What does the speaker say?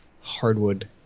hardwood